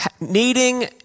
needing